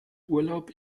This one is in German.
urlaub